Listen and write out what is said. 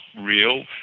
real